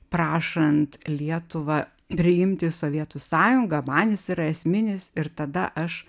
prašant lietuvą priimti į sovietų sąjungą man jis yra esminis ir tada aš